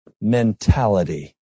mentality